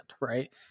right